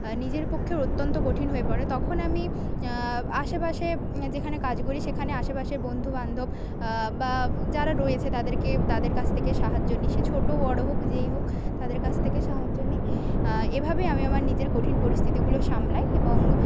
নিজের পক্ষে অত্যন্ত কঠিন হয়ে পড়ে তখন আমি আ আশেপাশে যেখানে কাজ করি সেখানে আশেপাশে বন্ধুবান্ধব আ বা যারা রয়েছে তাদেরকে তাদের কাছ থেকে সাহায্য নিই সে ছোট বড়ো হোক যেই হোক তাদের কাছ থেকে সাহায্য নিই আ এভাবেই আমি আমার কঠিন পরিস্থিতিগুলো সামলাই এবং